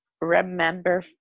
remember